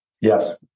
Yes